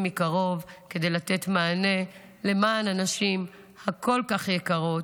מקרוב כדי לתת מענה לנשים הכל-כך יקרות,